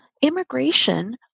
Immigration